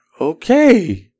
okay